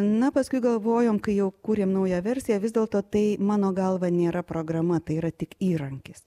na paskui galvojom kai jau kūrėm naują versiją vis dėlto tai mano galva nėra programa tai yra tik įrankis